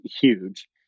huge